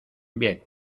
bien